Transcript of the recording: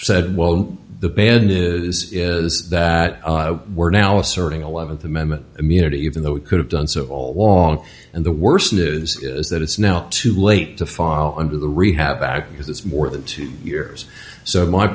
said well the band is is that we're now asserting eleventh amendment immunity even though it could have done so all along and the worse news is that it's now too late to fall under the rehab act because it's more than two years so my